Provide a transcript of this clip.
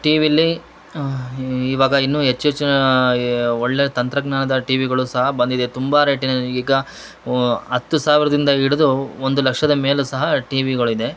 ಟಿವಿಲ್ಲಿ ಇವಾಗ ಇನ್ನೂ ಹೆಚ್ಚು ಹೆಚ್ಚಿನ ಒಳ್ಳೆಯ ತಂತ್ರಜ್ಞಾನದ ಟಿವಿಗಳು ಸಹ ಬಂದಿದೆ ತುಂಬಾ ರೇಟಿನದ್ದು ಈಗ ಹತ್ತು ಸಾವಿರದಿಂದ ಹಿಡಿದು ಒಂದು ಲಕ್ಷದ ಮೇಲು ಸಹ ಟಿವಿಗಳಿದೆ